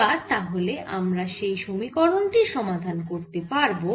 এবার তাহলে আমরা এই সমীকরণ টির সমাধান করতে পারব